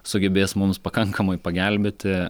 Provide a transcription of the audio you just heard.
sugebės mums pakankamai pagelbėti